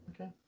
Okay